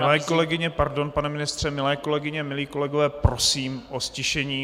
Milé kolegyně pardon, pane ministře milé kolegyně, milí kolegové, prosím o ztišení.